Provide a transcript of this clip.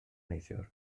neithiwr